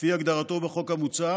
כפי הגדרתו בחוק המוצע